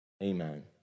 amen